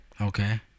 Okay